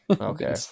Okay